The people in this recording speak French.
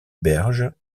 berges